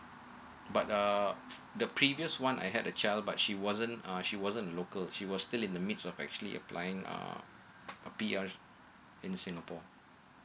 but err the previous one I had a child but she wasn't uh she wasn't local she was still in the mid of actually applying uh p r in singapore